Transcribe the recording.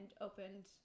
opened